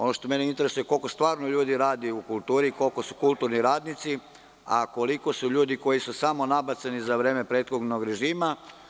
Ono što mene interesuje je koliko stvarno ljudi radi u kulturi, koliko su kulturni radnici, a koliko su ljudi koji su samo nabacani za vreme prethodnog režima?